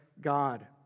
God